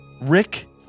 Rick